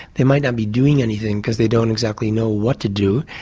they might not be doing anything because they don't exactly know what to do,